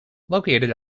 located